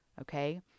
okay